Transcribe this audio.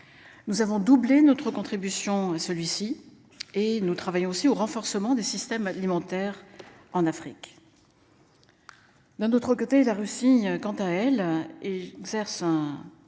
Nous avons doublé notre contribution celui-ci et nous travaillons aussi au renforcement des systèmes alimentaires en Afrique. D'un autre côté, la Russie quant à elle et exerce un